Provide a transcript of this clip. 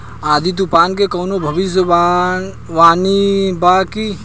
आँधी तूफान के कवनों भविष्य वानी बा की?